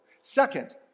Second